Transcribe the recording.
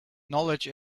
knowledge